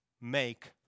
make